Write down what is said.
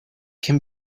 can